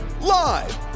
live